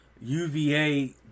UVA